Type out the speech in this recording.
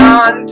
on